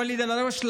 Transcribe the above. עם ואליד אלהואשלה,